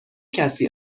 کسی